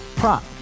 prop